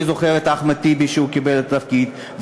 אני זוכר את אחמד טיבי שקיבל את התפקיד,